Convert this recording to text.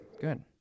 good